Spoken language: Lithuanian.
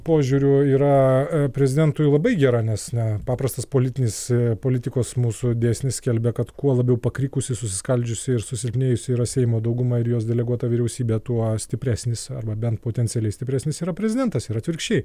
požiūriu yra prezidentui labai gera nes ne paprastas politinis politikos mūsų dėsnis skelbia kad kuo labiau pakrikusi susiskaldžiusi ir susilpnėjusi yra seimo dauguma ir jos deleguota vyriausybė tuo stipresnis arba bent potencialiai stipresnis yra prezidentas ir atvirkščiai